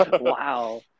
wow